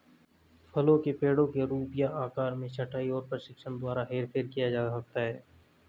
फलों के पेड़ों के रूप या आकार में छंटाई और प्रशिक्षण द्वारा हेरफेर किया जा सकता है